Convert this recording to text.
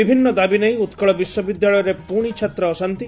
ବିଭିନ୍ନ ଦାବିନେଇ ଉକ୍କଳ ବିଶ୍ୱବିଦ୍ୟାଳୟରେ ପୁଶି ଛାତ୍ର ଅଶାନ୍ତି